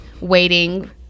waiting